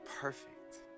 perfect